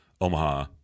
Omaha